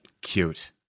Cute